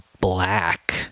black